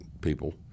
people